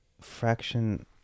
fraction